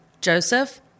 Joseph